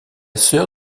sœur